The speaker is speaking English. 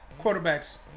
quarterbacks